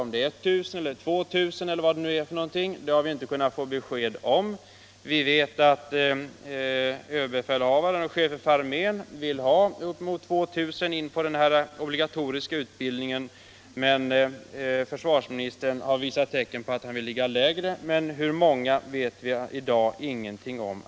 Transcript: Om det är 1 000 eller 2 000 har vi inte fått något besked om. Vi vet att överbefälhavaren och chefen för armén vill ha in upp emot 2 000 på den här obligatoriska utbildningen. Men tecken tyder på att försvarsministern vill ligga lägre — hur mycket lägre vet vi i dag ingenting om.